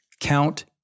Count